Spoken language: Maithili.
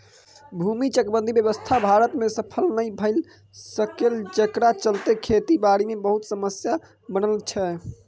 भूमि चकबंदी व्यवस्था भारत में सफल नइ भए सकलै जकरा चलते खेती बारी मे बहुते समस्या बनल छै